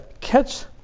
catch